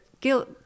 guilt